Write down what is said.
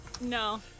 No